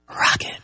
Rocket